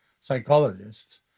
psychologists